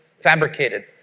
fabricated